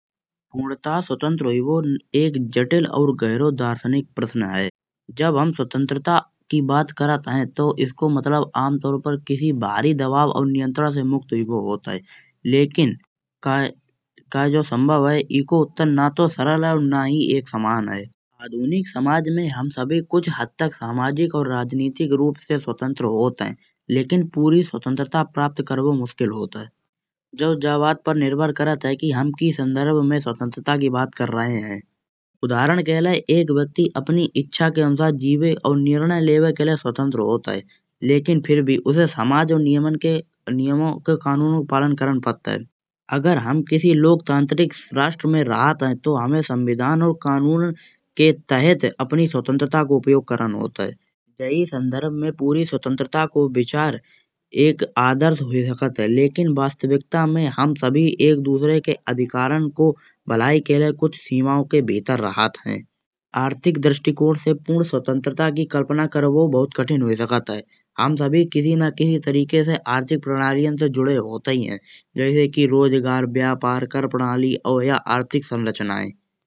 पुढ़ता स्वतंत्र होइबो एक जटिल और गहरो दार्शनिक प्रश्न है। जब हम स्वातंरता की बात करत हैं तो इसको मतलब आमतौर पर किसी भार दबाव या नियंत्रण से मुक्त होइबो होत है। लेकिन कये जो संभव है इको उत्तर ना तो सरल है और ना ही एक समान है। आधुनिक समाज में हम सबै कुछ हद तक सामाजिक और राजनीतिक रूप से स्वतंत्रब होत हैं। लेकिन पूरी स्वतंत्रता प्राप्त करबो मुश्किल होत है। जो या बात पर निर्भर करत है कि हम कि संदर्भ में स्वतंत्रता की बात कर रहे हैं। उदाहरण के लाए एक व्यक्ति अपनी इच्छा के अनुसार जीवे और निर्णय लेबे के लाए स्वतंत्र होत है। लेकिन फिर भी उसे समाज और नियमन के नियमो के कानून को पालन करन पड़त है। अगर हम किसी लोकतांत्रिक राष्ट्र में रहत हैं तो हमें संविधान और कानून के तहत अपनी स्वतंत्रता को उपयोग करन होत है। यही संदर्भ में पूरी स्वतंत्रता को विचार एक आदर्श होई सकत है। लेकिन वास्तविकता में हम सभी एक दूसरे के अधिकारन के भलाई के लाए कुछ सीमाओं के भीतर रहत हैं। आर्थिक दृष्टिकोण से पुर्ध स्वतंत्रता की कल्पना करबो बहुत कठिन होइ सकत है। हम सभी किसी ना किसी तरीक से आर्थिक प्रणालियान से जुड़े होताई हैं जैसे कि रोजगार, व्यापार, कदप्रणाली या आर्थिक संरचनाएं।